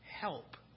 help